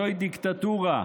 זוהי דיקטטורה.